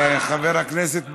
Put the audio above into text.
חבר הכנסת בהלול,